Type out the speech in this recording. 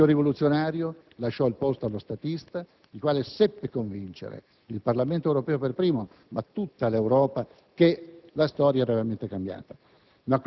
Il vecchio rivoluzionario lasciò il posto allo statista, il quale seppe convincere il Parlamento europeo per primo, ma anche l'Europa tutta, che la storia era veramente cambiata.